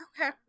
Okay